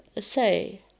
say